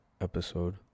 episode